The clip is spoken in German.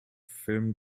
film